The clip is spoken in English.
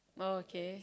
oh okay